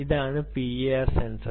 അതാണ് PIR sensor